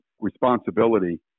responsibility